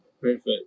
Perfect